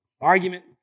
Argument